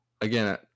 again